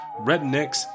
rednecks